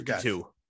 two